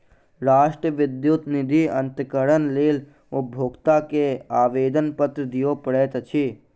राष्ट्रीय विद्युत निधि अन्तरणक लेल उपभोगता के आवेदनपत्र दिअ पड़ैत अछि